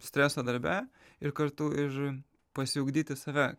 streso darbe ir kartu ir pasiugdyti save